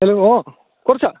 hello অঁ ক'ত আছা